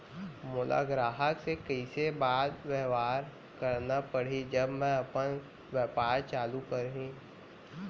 मोला ग्राहक से कइसे बात बेवहार करना पड़ही जब मैं अपन व्यापार चालू करिहा?